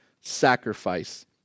sacrifice